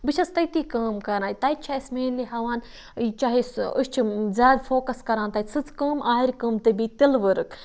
بہٕ چھَس تَتی کٲم کَران تَتہِ چھِ اَسہِ مینہِ ہٮ۪وان چاہے سُہ أسۍ چھِ زیادٕ فوکَس کَران تَتہِ سٕژٕ کٲم آرِ کٲم تہٕ بیٚیہِ تِلہٕ ؤرٕک